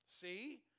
See